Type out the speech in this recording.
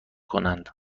کنند